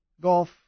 Golf